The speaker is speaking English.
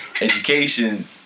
Education